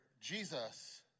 Jesus